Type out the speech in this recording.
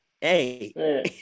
hey